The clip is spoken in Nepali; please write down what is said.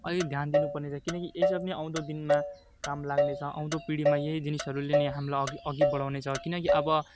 अझै ध्यान दिनु पर्नेछ किनकि यो सब नै आउँदो दिनमा काम लाग्नेछ आउँदो पिँढीमा यही जिनिसहरूले नै हामलाई अ अघि बढाउने छ किनकि अब